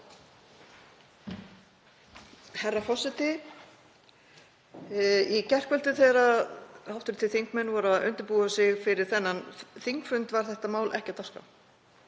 Herra forseti. Í gærkvöldi þegar hv. þingmenn voru að undirbúa sig fyrir þennan þingfund var þetta mál ekki á dagskrá.